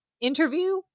Interview